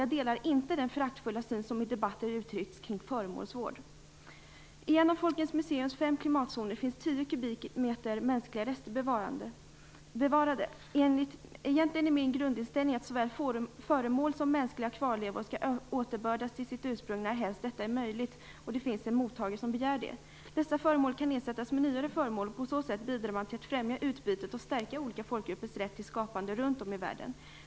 Jag delar inte den föraktfulla syn som i debatten uttryckts kring föremålsvård. I en av Folkens museums fem klimatzoner finns tio kubikmeter mänskliga rester bevarade. Egentligen är min grundinställning att såväl föremål som mänskliga kvarlevor skall återbördas till sitt ursprung närhelst detta är möjligt och det finns en mottagare som begär det. Dessa föremål kan ersättas med nyare föremål, och på så sätt bidrar man till att främja utbytet och stärka olika folkgruppers rätt till skapande runt om i världen.